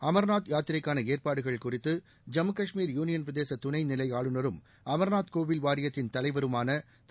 அமர்நாத் யாத்திரைக்கான ஏற்பாடுகள் குறித்து ஜம்மு காஷ்மீர் யூனியன் பிரதேச துணைநிலை ஆளுநரும் அமர்நாத் கோவில் வாரியத்தின் தலைவருமான திரு